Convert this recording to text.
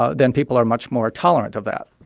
ah then people are much more tolerant of that.